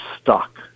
stuck